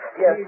yes